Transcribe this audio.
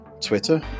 Twitter